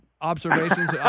observations